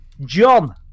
John